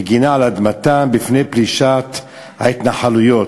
מגִנה על אדמתם בפני פלישת ההתנחלויות.